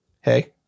Hey